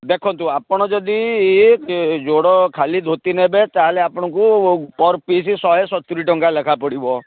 ଦେଖନ୍ତୁ ଆପଣ ଯଦି ଇଏ ଜୋଡ଼ ଖାଲି ଧୋତି ନେବେ ତା'ହେଲେ ଆପଣଙ୍କୁ ପର୍ ପିସ୍ ଶହେ ସତୁରି ଟଙ୍କା ଲେଖାଏଁ ପଡ଼ିବ